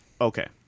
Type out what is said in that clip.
Okay